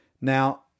Now